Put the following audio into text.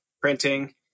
printing